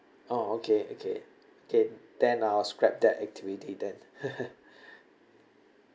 orh okay okay okay then I'll scrap that activity then